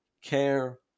care